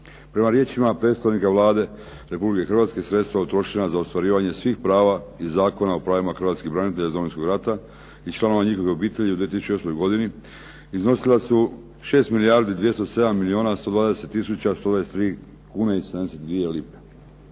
Prema riječima predstavnika Vlade Republike Hrvatske, sredstva utrošena za ostvarivanje svih prava iz Zakona o pravima hrvatskih branitelja iz Domovinskog rata i članova njihovih obitelji u 2008. godini iznosila su 6 milijardi 207 milijuna 120 tisuća 123 kuna i 72 lipe.